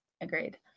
Agreed